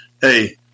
hey